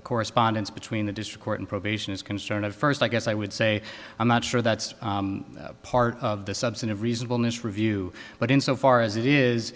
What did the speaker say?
correspondence between the district court and probation is concerned at first i guess i would say i'm not sure that's part of the substantive reasonableness review but insofar as it is